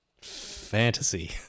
Fantasy